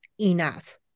enough